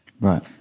Right